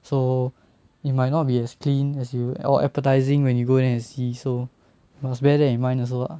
so it might not be as clean as you or appetising when you go there and see so must bear that in mind also lah